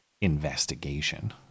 investigation